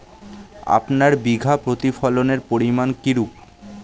আপনার বিঘা প্রতি ফলনের পরিমান কীরূপ?